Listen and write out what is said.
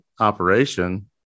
operation